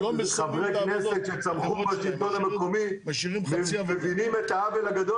חברי כנסת שצמחו מהשלטון המקומי מבינים את העוול הגדול